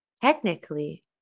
Technically